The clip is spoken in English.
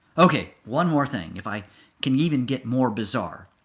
ok, one more thing, if i can even get more bizarre.